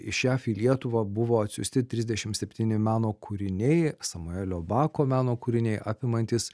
iš jav į lietuvą buvo atsiųsti trisdešimt septyni meno kūriniai samuelio bako meno kūriniai apimantys